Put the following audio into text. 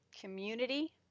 Community